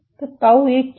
तो ताऊ 1 क्या है